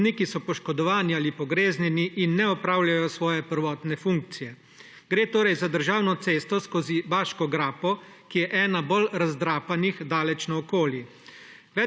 Robniki so poškodovani ali pogreznjeni in ne opravljajo svoje prvotne funkcije. Gre torej za državno cesto skozi Baško grapo, ki je ena bolj razdrapanih daleč naokoli,